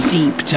Deep